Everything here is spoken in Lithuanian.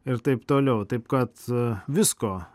ir taip toliau taip kad visko